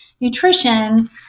nutrition